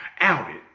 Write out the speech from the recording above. outed